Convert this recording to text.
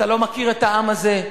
אתה לא מכיר את העם הזה,